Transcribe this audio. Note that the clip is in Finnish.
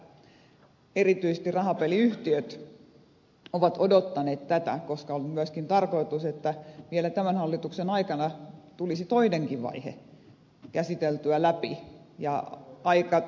erityisesti rahapeliyhtiöt ovat odottaneet tätä koska on myöskin tarkoitus että vielä tämän hallituksen aikana tulisi toinenkin vaihe käsiteltyä läpi ja aika tiukkenee